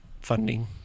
funding